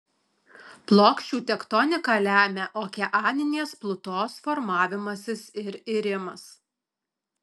plokščių tektoniką lemia okeaninės plutos formavimasis ir irimas